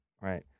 right